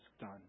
done